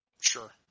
Sure